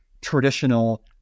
traditional